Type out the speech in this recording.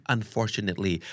Unfortunately